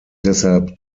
deshalb